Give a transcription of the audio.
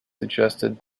suggested